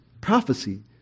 prophecy